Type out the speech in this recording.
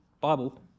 Bible